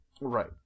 Right